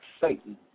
Satan